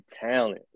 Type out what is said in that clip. talent